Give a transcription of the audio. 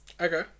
okay